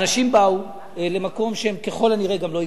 אנשים באו למקום שהם ככל הנראה גם לא הכירו.